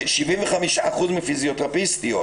75% מהפיזיותרפיסטיות